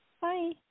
Bye